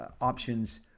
options